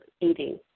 eating